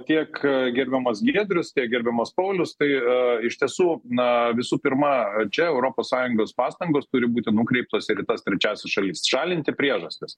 tiek gerbiamas giedrius tiek gerbiamas paulius tai iš tiesų na visų pirma čia europos sąjungos pastangos turi būti nukreiptos ir į tas trečiąsias šalis šalinti priežastis